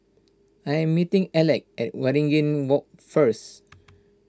I am meeting Alec at Waringin Walk first